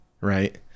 right